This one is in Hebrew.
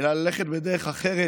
אלא ללכת בדרך אחרת.